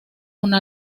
una